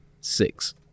six